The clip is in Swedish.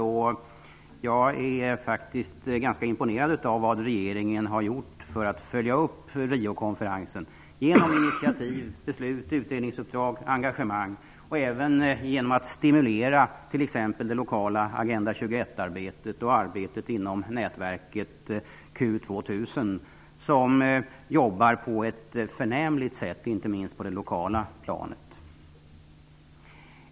Jag är faktiskt ganska imponerad av vad regeringen har gjort för att följa upp Riokonferensen genom initiativ, beslut, utredningsuppdrag, engagemang och även genom att stimulera t.ex. det lokala Q 2 000. Dessa jobbar på ett förnämligt sätt, inte minst på det lokala planet.